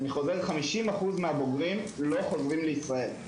אני חוזר: 50% מהבוגרים לא חוזרים לישראל.